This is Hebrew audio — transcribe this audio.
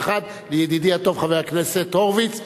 לידידי הטוב חבר הכנסת הורוביץ,